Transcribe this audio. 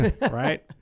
right